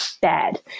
Bad